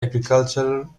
agricultural